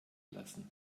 lassen